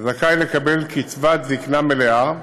זכאי לקבל קצבת זקנה מלאה,